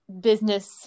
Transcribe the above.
Business